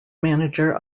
manager